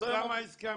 אז למה הסכמתם?